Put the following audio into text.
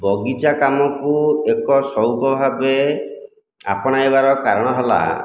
ବଗିଚା କାମକୁ ଏକ ସଉକ ଭାବେ ଆପଣାଇବାର କାରଣ ହେଲା